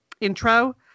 intro